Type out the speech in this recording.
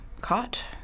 caught